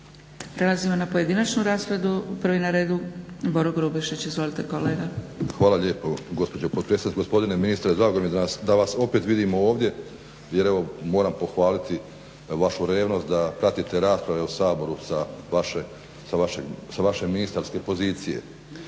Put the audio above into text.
Prelazimo na pojedinačnu raspravu. Prvi na redu je Boro Grubišić. Izvolite kolega. **Grubišić, Boro (HDSSB)** Hvala lijepo gospođo potpredsjednice. Gospodine ministre drago mi je da vas opet vidimo ovdje jer evo moram pohvaliti vašu revnost da pratite rasprave u Saboru sa vaše ministarske pozicije.